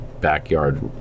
backyard